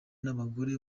n’abagore